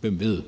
Hvem ved?